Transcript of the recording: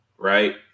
Right